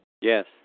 Yes